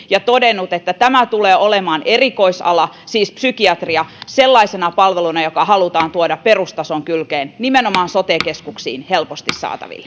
ja todennut että tämä tulee olemaan erikoisala siis psykiatria sellaisena palveluna joka halutaan tuoda perustason kylkeen nimenomaan sote keskuksiin helposti saataville